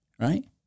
right